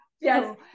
Yes